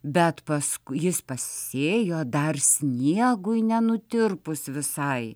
bet pask jis pasėjo dar sniegui nenutirpus visai